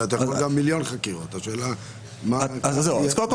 יכולות להיות גם מיליון חקירות, השאלה מה התוצאה.